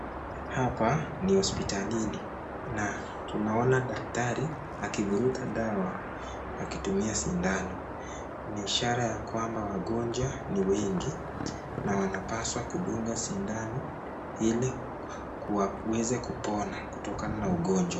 Hapa ni hospitalini na tunaona daktari akifuruta dawa akitumia sindano. Ni ishara ya kwamba wagonjwa ni wengi na wanapaswa kudunga sindano ili kuwaweze kupona kutoka na ugonjwa.